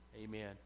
Amen